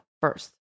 first